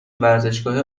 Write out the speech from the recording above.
ورزشگاه